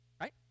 right